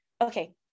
Okay